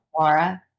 Laura